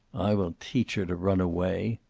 i will teach her to run away,